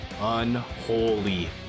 Unholy